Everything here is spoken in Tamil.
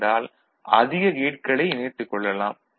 இருந்தால் அதிகக் கேட்களை இணைத்துக் கொள்ளலாம்